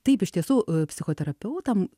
taip iš tiesų psichoterapeutam